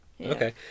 Okay